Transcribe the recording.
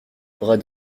bras